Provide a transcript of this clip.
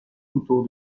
couteau